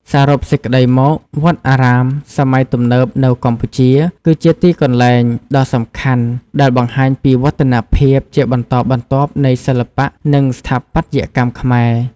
សរុបសេចក្ដីមក វត្តអារាមសម័យទំនើបនៅកម្ពុជា គឺជាទីកន្លែងដ៏សំខាន់ដែលបង្ហាញពីវឌ្ឍនភាពជាបន្តបន្ទាប់នៃសិល្បៈ និងស្ថាបត្យកម្មខ្មែរ។